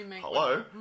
Hello